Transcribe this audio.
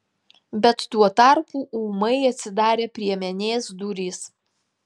bet tuo tarpu ūmai atsidarė priemenės durys